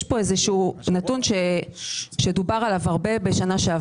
יש כאן איזשהו נתון שבשנה שעברה דובר עליו הרבה עם